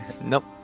Nope